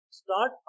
start